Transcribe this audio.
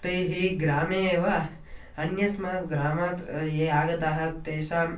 तैः ग्रामे एव अन्यस्मात् ग्रामात् ये आगताः तेषां